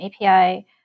API